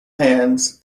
hands